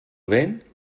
vent